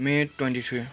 may twenty three